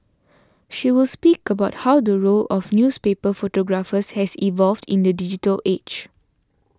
she will speak about how the role of newspaper photographers has evolved in the digital age